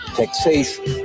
taxation